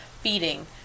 feeding